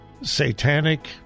satanic